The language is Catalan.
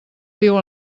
viu